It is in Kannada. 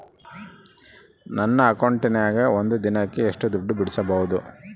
ನನ್ನ ಅಕೌಂಟಿನ್ಯಾಗ ಒಂದು ದಿನಕ್ಕ ಎಷ್ಟು ದುಡ್ಡು ಬಿಡಿಸಬಹುದು?